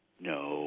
No